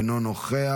אינו נוכח,